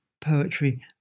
poetry